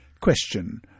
Question